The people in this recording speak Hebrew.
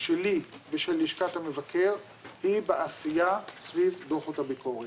שלי ושל לשכת המבקר היא בעשייה סביב דוחות הביקורת.